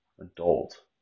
Adult